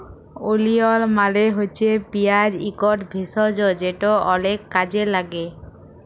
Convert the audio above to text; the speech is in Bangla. ওলিয়ল মালে হছে পিয়াঁজ ইকট ভেষজ যেট অলেক কাজে ল্যাগে